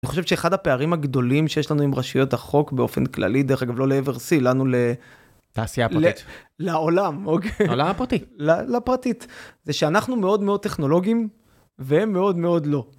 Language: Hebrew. אני חושב שאחד הפערים הגדולים שיש לנו עם רשויות החוק באופן כללי, דרך אגב לא לעבר סי, לנו לתעשייה הפרטית. לעולם, אוקיי. לעולם הפרטי. לפרטית. זה שאנחנו מאוד מאוד טכנולוגיים, והם מאוד מאוד לא.